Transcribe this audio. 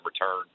return